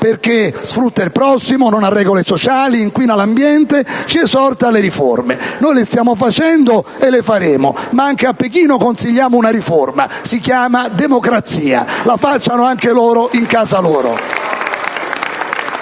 perché sfrutta il prossimo, non ha regole sociali ed inquina l'ambiente - ci esorta alle riforme. Noi le stiamo facendo e le faremo, ma anche a Pechino consigliamo una riforma: si chiama democrazia. La facciano anche loro in casa loro.